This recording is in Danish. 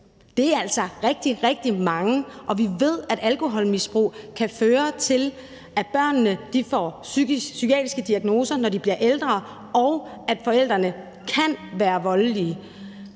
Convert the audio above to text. Det er altså rigtig, rigtig mange, og vi ved, at alkoholmisbrug kan føre til, at børnene får psykiatriske diagnoser, når de bliver ældre, og at forældrene kan være voldelige.